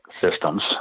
systems